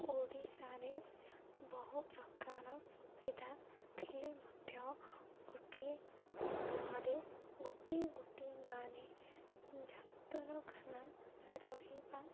ଓଡ଼ିଶାରେ ବହୁ ପ୍ରକାର ସୁବିଧା ଥିଲେ ମଧ୍ୟ ଗୋଟିଏ ଗାଁରେ ଗୋଟିଏ ଗୋଟିଏ ଗାଁରେ ଡ଼ାକ୍ତରଖାନା ରହିବା